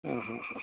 आं हां हां